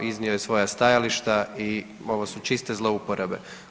Iznio je svoja stajališta i ovo su čiste zlouporabe.